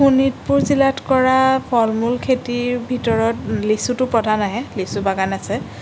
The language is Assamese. শোণিতপুৰ জিলাত কৰা ফল মূল খেতিৰ ভিতৰত লিচুটো প্ৰধান আহে লিচু বাগান আছে